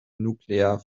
nuclear